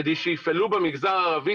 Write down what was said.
כדי שיפעלו במגזר הערבי,